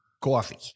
Coffee